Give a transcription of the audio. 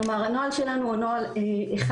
כלומר הנוהל שלנו הוא נוהל אחד.